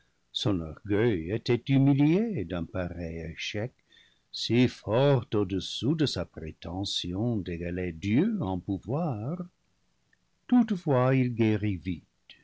son orgueil était humilié d'un pareil échec si fort au dessous de sa prétention d'égaler dieu en pouvoir toutefois il guérit vite